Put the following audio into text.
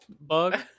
Bug